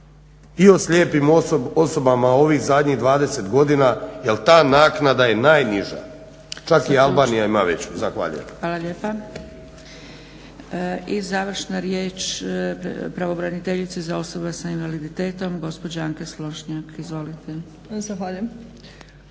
i o slijepim osobama ovih zadnjih 20 godina jer ta naknada je najniža- čak i Albanija ima veću. Zahvaljujem. **Zgrebec, Dragica (SDP)** Hvala lijepa. I završna riječ pravobraniteljice za osobe sa invaliditetom gospođa Anka Slonjšak. Izvolite. **Slonjšak,